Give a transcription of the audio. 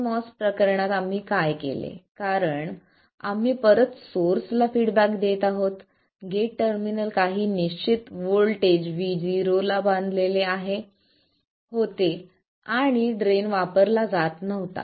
nMOS प्रकरणात आम्ही काय केले कारण आम्ही परत सोर्सला फीडबॅक देत आहोत गेट टर्मिनल काही निश्चित व्होल्टेज VG0 ला बांधलेले होते आणि ड्रेन वापरला जात नव्हता